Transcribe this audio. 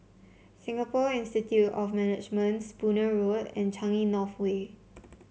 Singapore Institute of Management Spooner Road and Changi North Way